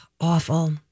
awful